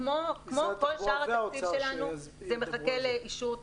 כמו כל שאר התקציב שלנו, זה מחכה לאישור תקציבי.